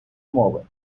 мови